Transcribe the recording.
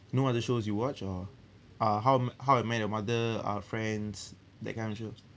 no other shows you watch or uh how how I met your mother uh friends that kind of show